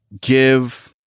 give